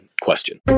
question